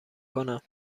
کنم